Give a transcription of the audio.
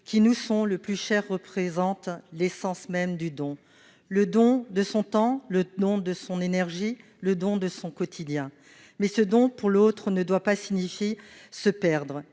qui nous sont le plus chers représente l'essence même du don : le don de son temps, le don de son énergie, le don de son quotidien. Mais se donner ainsi à l'autre ne doit pas signifier perdre